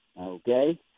Okay